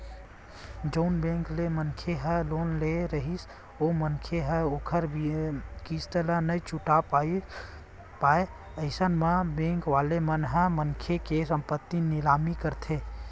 जउन बेंक ले मनखे ह लोन ले रहिथे ओ मनखे ह ओखर किस्ती ल छूटे नइ पावय अइसन म बेंक वाले मन ह मनखे के संपत्ति निलामी करथे